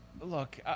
Look